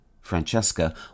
Francesca